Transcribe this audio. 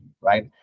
right